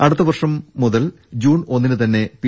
അടുത്ത വർഷം മുതൽ ജൂൺ ഒന്നിനു തന്നെ പി